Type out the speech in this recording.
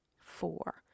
four